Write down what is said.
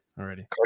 already